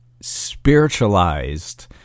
spiritualized